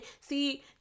See